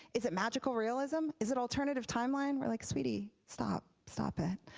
is it magical realism? is it alternative timeline? we're like sweetie, stop stop it.